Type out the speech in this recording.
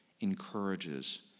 encourages